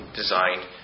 designed